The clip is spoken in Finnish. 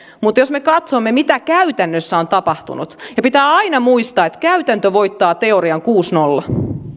mutta jos me katsomme mitä käytännössä on tapahtunut ja pitää aina muistaa että käytäntö voittaa teorian kuusi viiva nolla